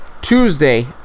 Tuesday